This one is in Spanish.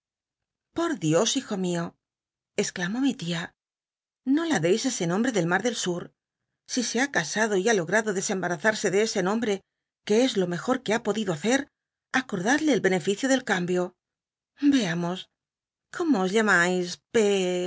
por dios hijo mio exclamó mi tia no la deis ese nombre del mar del sur si se ha casado y ha logmdo desembarazarse de ese nombre que es lo mejor que ha podido hacet acordadlc el beneficio del cambio veamos cómo os llamais